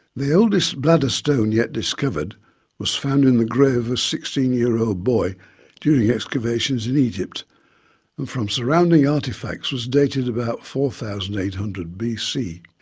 the oldest bladder stone yet discovered was found in the grave of a sixteen year old boy during excavations in egypt and from surrounding artefacts was dated about four thousand eight hundred bc.